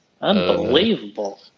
Unbelievable